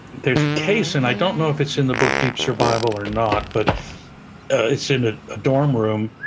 there's a case and i don't know if it's in the book, deep survival, or not, but it's in ah a dorm room.